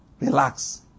relax